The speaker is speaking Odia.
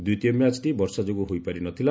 ଦ୍ୱିତୀୟ ମ୍ୟାଚ୍ଟି ବର୍ଷା ଯୋଗୁଁ ହୋଇପାରି ନ ଥିଲା